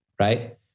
right